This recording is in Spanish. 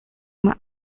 más